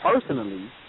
personally